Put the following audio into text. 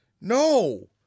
No